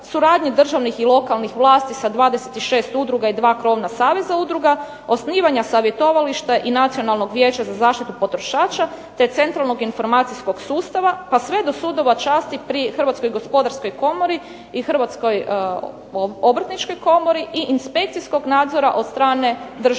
suradnji državnih i lokalnih vlasti sa 26 udruga i 2 krovna saveza udruga, osnivanja savjetovališta i Nacionalnog vijeća za zaštitu potrošača, te centralnog informacijskog sustava, pa sve do sudova časti pri Hrvatskoj gospodarskoj komori i Hrvatskoj obrtničkoj komori i inspekcijskog nadzora od strane Državnog